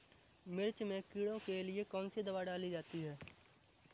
मिर्च में कीड़ों के लिए कौनसी दावा डाली जाती है?